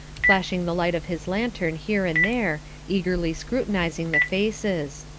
flashing the light of his lantern here and there, eagerly scrutinizing the faces.